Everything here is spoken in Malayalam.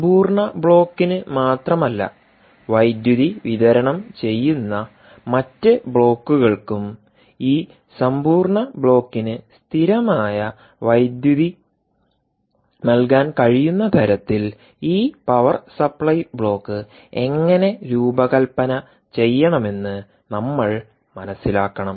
സമ്പൂർണ്ണ ബ്ലോക്കിന് മാത്രമല്ല വൈദ്യുതി വിതരണം ചെയ്യുന്ന മറ്റ് ബ്ലോക്കുകൾക്കും ഈ സമ്പൂർണ്ണ ബ്ലോക്കിന് സ്ഥിരമായ വൈദ്യുതി നൽകാൻ കഴിയുന്ന തരത്തിൽ ഈ പവർ സപ്ലൈ ബ്ലോക്ക്എങ്ങനെ രൂപകൽപ്പന ചെയ്യണമെന്ന് നമ്മൾ മനസിലാക്കണം